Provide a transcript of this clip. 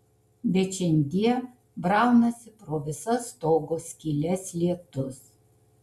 bet šiandie braunasi pro visas stogo skyles lietus